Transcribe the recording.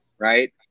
right